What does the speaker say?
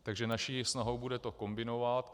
Takže naší snahou bude to kombinovat.